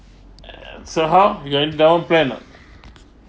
err so how you got endowment plan nah